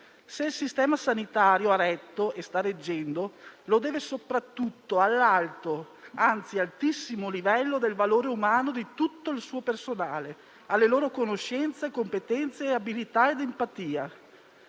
Se il sistema sanitario ha retto e sta reggendo, lo deve soprattutto all'alto - anzi, altissimo - livello del valore umano di tutto il suo personale e alle loro conoscenze, competenze, abilità ed empatia.